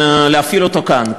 להפעיל אותו כאן,